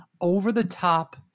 over-the-top